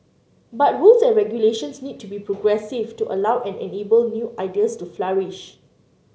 but rules and regulations need to be progressive to allow and enable new ideas to flourish